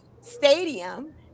stadium